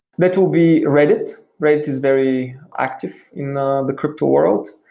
that will be reddit. reddit is very active in the the crypto world.